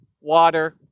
water